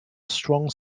strong